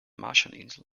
marshallinseln